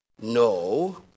No